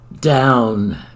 down